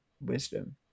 wisdom